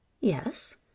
Yes